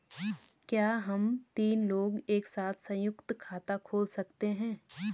क्या हम तीन लोग एक साथ सयुंक्त खाता खोल सकते हैं?